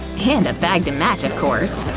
and a bag to match, of course.